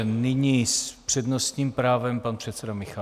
Nyní s přednostním právem pan předseda Michálek.